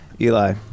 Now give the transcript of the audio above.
Eli